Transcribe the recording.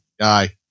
aye